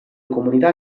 comunità